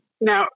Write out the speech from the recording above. Now